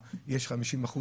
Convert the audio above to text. בבקשה, אוסאמה.